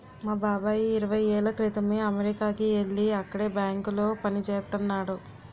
మా బాబాయి ఇరవై ఏళ్ళ క్రితమే అమెరికాకి యెల్లి అక్కడే బ్యాంకులో పనిజేత్తన్నాడు